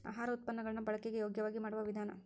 ಆಹಾರ ಉತ್ಪನ್ನ ಗಳನ್ನು ಬಳಕೆಗೆ ಯೋಗ್ಯವಾಗಿ ಮಾಡುವ ವಿಧಾನ